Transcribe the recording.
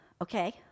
okay